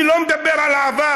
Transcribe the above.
אני לא מדבר על העבר,